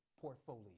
portfolio